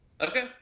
Okay